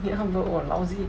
ya bro lousy